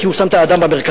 כי הוא שם את האדם במרכז.